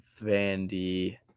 Vandy